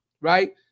right